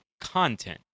content